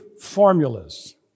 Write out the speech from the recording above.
formulas